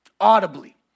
Audibly